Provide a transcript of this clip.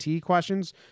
questions